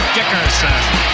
Dickerson